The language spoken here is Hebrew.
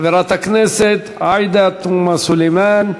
הראשונה, חברת הכנסת עאידה תומא סלימאן,